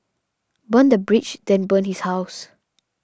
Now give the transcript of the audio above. burn the bridge then burn his house